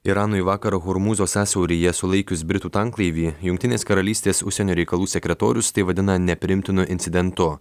iranui vakar hormūzo sąsiauryje sulaikius britų tanklaivį jungtinės karalystės užsienio reikalų sekretorius tai vadina nepriimtinu incidentu